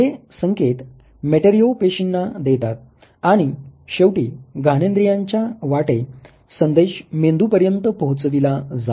हे संकेत मेटेरिओ पेशींना देतात आणि शेवटी घानेन्द्रीयांच्या वाटे संदेश मेंदूपर्यंत पोहचविला जातो